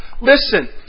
Listen